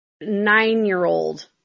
nine-year-old